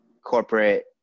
corporate